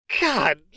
God